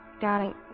Darling